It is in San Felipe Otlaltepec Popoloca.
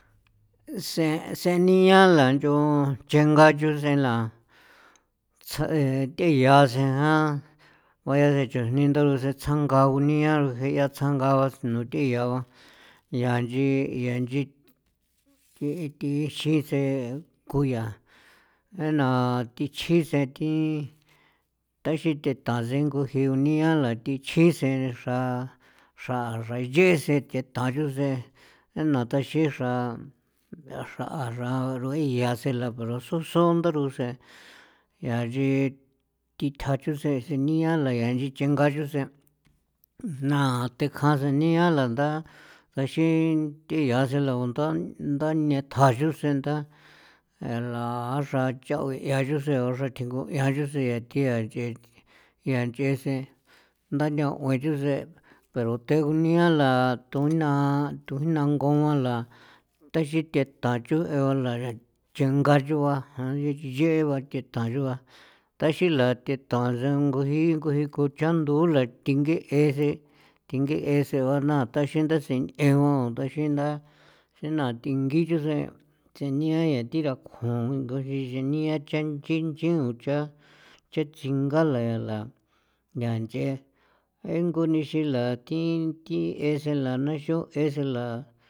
Se senia la nyo chenga nchoo sen la tsja e the yasen jan bayen sen chujni ndaxro sen tsanga ngunia e jea tsanga ba sino thi yaa ba inchi ya inchi ya inchi thi xi seku yaa jee na thi chje sen thi tixi theta sen nguji uniala thi chji sen xra xranche'e sen tetan chuu sen nei na taxin xra ndaxra axra ro jii laseyoso sunda ruse yaa inchi thithja chuu sen se niala yaa ni chenga nchu sen naa thjekja sen niala nda ndaxin thi ya selagunda nda nethja chusen nda la xrachaoen ni xra thjingoa ya thi nchee ya nch'ee sen nda thaoen chuu sen pero te juniala tuinjna tuijna ngula taxin thetan chuu bale nchenga chuu ba nchechee ba te ta chuu ba taxinla tetha rangu jii nguuchandula thi ngee sen thingee sen ba taxin tasin taxin nda nei na thingincho sen tsenia thi ra kjun jia cha nchinchin cha cha tsingala ya la ya nch'ee ngu nixinla thi thie senla naxo en senla.